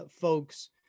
folks